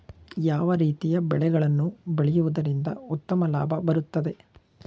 ಯಾವ ರೀತಿಯ ಬೆಳೆಗಳನ್ನು ಬೆಳೆಯುವುದರಿಂದ ಉತ್ತಮ ಲಾಭ ಬರುತ್ತದೆ?